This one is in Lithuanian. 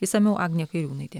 išsamiau agnė kairiūnaitė